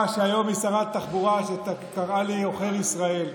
וגם לאותה שרה שהיום היא שרת תחבורה שקראה לי "עוכר ישראל".